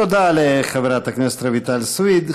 תודה לחברת הכנסת רויטל סויד.